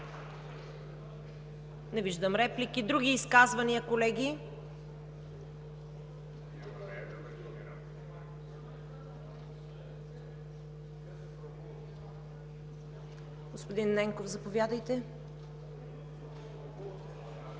Не виждам реплики. Други изказвания, колеги? Господин Ненков, заповядайте.